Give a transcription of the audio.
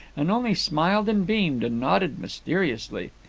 and only smiled and beamed, and nodded mysteriously.